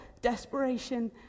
desperation